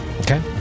Okay